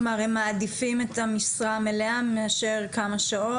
כלומר, הם מעדיפים את המשרה המלאה מאשר כמה שעות.